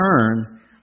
Turn